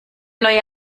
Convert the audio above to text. neue